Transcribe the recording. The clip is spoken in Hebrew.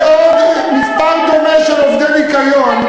ועוד מספר דומה של עובדי ניקיון,